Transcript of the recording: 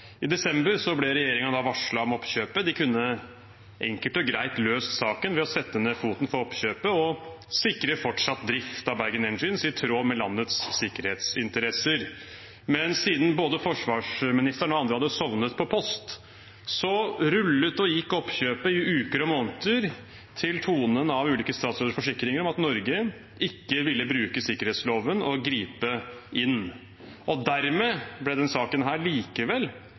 I desember ble regjeringen varslet om oppkjøpet. De kunne enkelt og greit løst saken ved å sette ned foten for oppkjøpet og sikre fortsatt drift av Bergen Engines, i tråd med landets sikkerhetsinteresser. Men siden både forsvarsministeren og andre hadde sovnet på post, rullet og gikk oppkjøpet i uker og måneder til tonen av ulike statsråders forsikringer om at Norge ikke ville bruke sikkerhetsloven og gripe inn. Dermed ble denne saken likevel